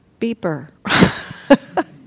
beeper